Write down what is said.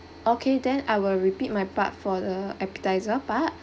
okay then I will repeat my part for the appetiser part